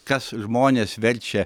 kas žmones verčia